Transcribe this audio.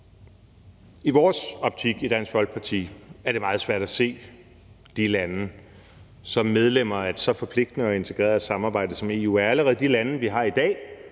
I vores optik i Dansk Folkeparti er det meget svært at se de lande som medlemmer af et så forpligtende og integreret samarbejde, som EU er. Allerede de lande, vi har i dag,